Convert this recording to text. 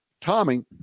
Tommy